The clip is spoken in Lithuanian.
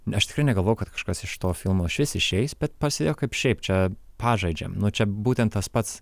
ne aš tikrai negalvojau kad kažkas iš to filmo išvis išeis bet pastebėjau kad šiaip čia pažaidžiam nu čia būtent tas pats